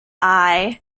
eye